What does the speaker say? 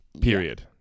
period